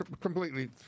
completely